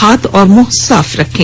हाथ और मुंह साफ रखें